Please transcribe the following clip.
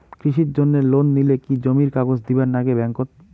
কৃষির জন্যে লোন নিলে কি জমির কাগজ দিবার নাগে ব্যাংক ওত?